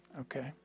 Okay